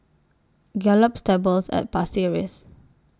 Gallop Stables At Pasir Ris